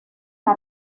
las